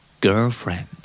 Girlfriend